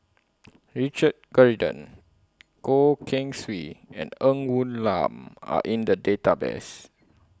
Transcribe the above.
Richard Corridon Goh Keng Swee and Ng Woon Lam Are in The Database